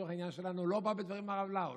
לצורך העניין שלנו הוא לא בא בדברים עם הרב לאו,